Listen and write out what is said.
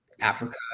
Africa